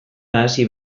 nahasi